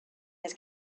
has